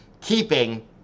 keeping